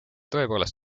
tõepoolest